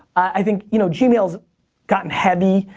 i think, you know, gmail's gotten heavy,